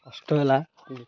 କଷ୍ଟ ହେଲା